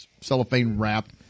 cellophane-wrapped